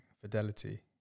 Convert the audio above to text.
fidelity